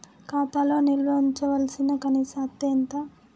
ఖాతా లో నిల్వుంచవలసిన కనీస అత్తే ఎంత?